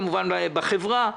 כמובן, בחברה.